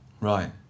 Right